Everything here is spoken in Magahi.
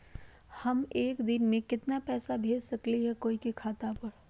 हम एक दिन में केतना पैसा भेज सकली ह कोई के खाता पर?